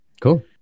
cool